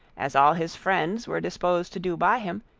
as all his friends were disposed to do by him,